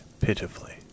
pitifully